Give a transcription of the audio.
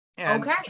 Okay